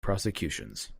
prosecutions